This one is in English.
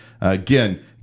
Again